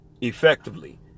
effectively